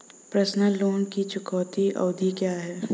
Personal loan की चुकौती अवधि क्या है?